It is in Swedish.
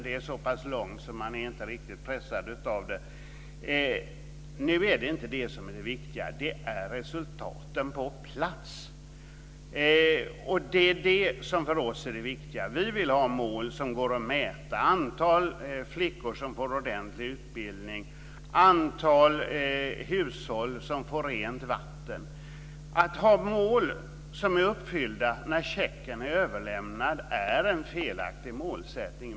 Det är så pass lång tid att man inte är riktigt pressad av det. Nu är det inte det som är det viktiga, utan det är resultaten på plats. Det är det som för oss är det viktiga. Vi vill ha mål som går att mäta, antal flickor som får en ordentlig utbildning, antal hushåll som får rent vatten. Att ha mål som är uppfyllda när checken är överlämnad är en felaktig målsättning.